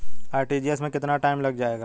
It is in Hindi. आर.टी.जी.एस में कितना टाइम लग जाएगा?